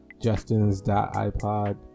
justins.ipod